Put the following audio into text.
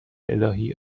الهی